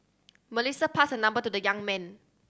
Melissa passed her number to the young man